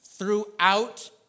Throughout